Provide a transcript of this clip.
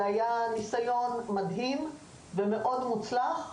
זה היה ניסיון מדהים ומאוד מוצלח,